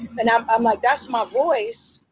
and i'm i'm like. that's my voice.